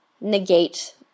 negate